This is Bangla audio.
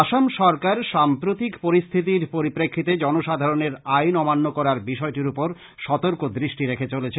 আসাম সরকার সাম্প্রতিক পরিস্থিতির পরিপ্রেক্ষিতে জননসাধারণের আইন অমান্য করার বিষয়টর ওপর সতর্ক দৃষ্টি রেখে চলেছে